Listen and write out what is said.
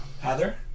Heather